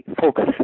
focus